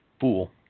fool